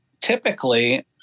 typically